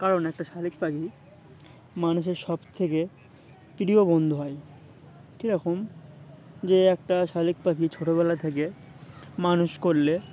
কারণ একটা শালিক পাখি মানুষের সবথেকে প্রিয় বন্ধু হয় কীরকম যে একটা শালিক পাখি ছোটোবেলা থেকে মানুষ করলে